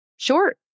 Short